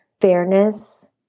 fairness